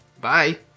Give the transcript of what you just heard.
Bye